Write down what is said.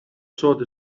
sought